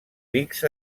rics